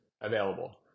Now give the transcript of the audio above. available